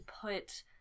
put